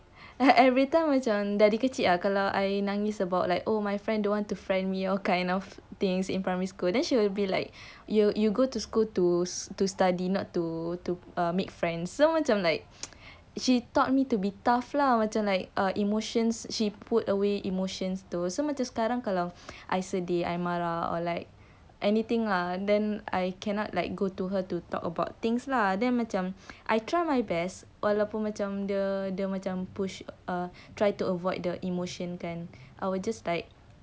then macam every time macam dari kecil I nangis about like oh my friend don't want to friend me all kind of things in primary school then she will be like you you go to school to to study not to to make friends so macam like she taught me to be tough lah macam like err emotions she put away emotions tu so macam sekarang I sedih I marah or like anything lah then I cannot like go to her to talk about things lah then macam I try my best walaupun dia macam push or try to avoid the emotion kan I will just like